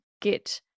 get